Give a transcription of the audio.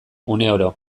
uneoro